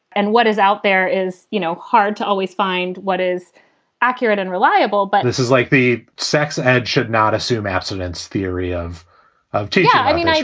and what is out there is, you know, hard to always find what is accurate and reliable but this is like the sex ed should not assume abstinence theory of of t yeah i mean,